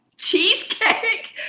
Cheesecake